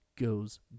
goes